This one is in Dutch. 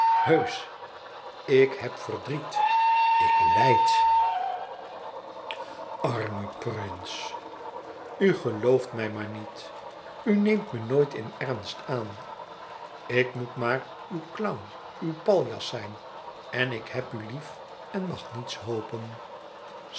heusch ik heb verdriet ik lijd arme prins u gelooft mij maar niet u neemt me nooit in ernst aan ik moet maar uw clown uw paljas zijn en ik heb u lief en mag niets hopen